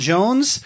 Jones